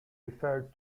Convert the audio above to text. referred